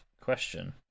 question